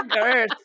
birth